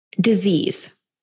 disease